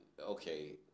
okay